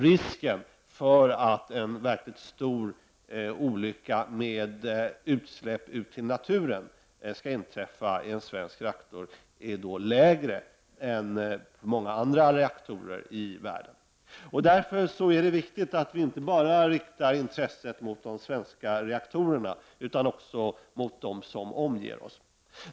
Risken för att en verkligt stor olycka med utsläpp ut till naturen skulle inträffa i en svensk reaktor är alltså lägre än när det gäller många andra reaktorer i världen. Därför är det viktigt att vi inte riktar intresset enbart mot de svenska reaktorerna utan också mot dem som omger oss.